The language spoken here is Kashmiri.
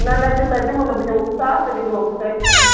نہَ نہَ تیٛوٗتاہ دِمہو نہِٕ بہٕ دِمہو ساس رۄپیہِ دِمہو بہٕ سٲرۍسٕے